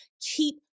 keep